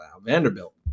Vanderbilt